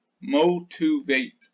Motivate